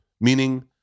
meaning